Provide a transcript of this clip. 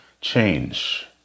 change